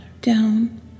Down